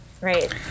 Right